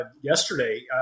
yesterday